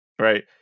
Right